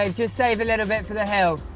um just save a little bit for the hill.